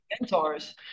mentors